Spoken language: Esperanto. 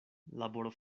laboro